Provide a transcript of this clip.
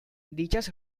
dichas